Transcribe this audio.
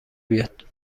بیاد